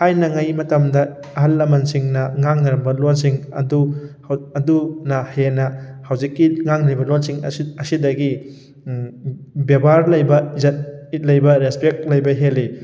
ꯊꯥꯏꯅꯉꯩ ꯃꯇꯝꯗ ꯑꯍꯜ ꯂꯃꯟꯁꯤꯡꯅ ꯉꯥꯡꯅꯔꯝꯕ ꯂꯣꯟꯁꯤꯡ ꯑꯗꯨ ꯑꯗꯨꯅ ꯍꯦꯟꯅ ꯍꯧꯖꯤꯛꯀꯤ ꯉꯥꯡꯅꯔꯤꯕ ꯂꯣꯟꯁꯤꯡ ꯑꯁꯤꯗꯒꯤ ꯕꯦꯕꯥꯔ ꯂꯩꯕ ꯏꯖꯠ ꯂꯩꯕ ꯔꯦꯁꯄꯦꯛ ꯂꯩꯕ ꯍꯦꯜꯂꯤ